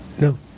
No